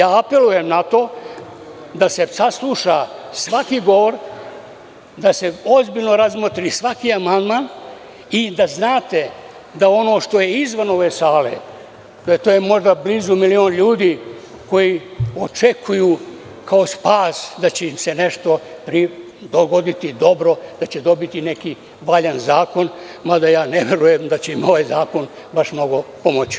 Apelujem na to da se sasluša svaki govor, da se ozbiljno razmotri svaki amandman i da znate da ono što je izvan ove sale, to je možda blizu milion ljudi koji očekuju kao spas da će im se nešto dogoditi dobro, da će dobiti neki valjan zakon, mada je ne verujem da će im ovaj zakon baš mnogo pomoći.